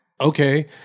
Okay